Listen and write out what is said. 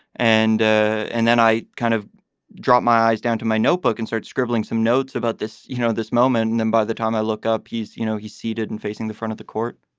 and ah and then i kind of dropped my eyes down to my notebook and start scribbling some notes about this, you know, this moment. and then by the time i look up, he's, you know, he's seated and facing the front of the court